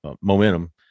momentum